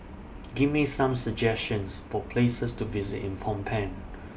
Give Me Some suggestions For Places to visit in Phnom Penh